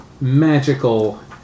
magical